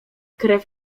krew